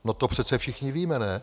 No to přece všichni víme, ne?